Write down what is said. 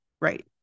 Right